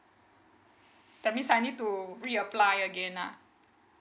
that means I need to reapply again lah